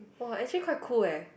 !wah! actually quite cool eh